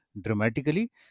dramatically